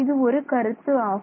இது ஒரு கருத்து ஆகும்